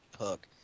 hook